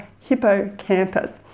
hippocampus